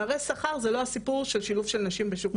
פערי שכר זה לא הסיפור של שילוב נשים בשוק העבודה.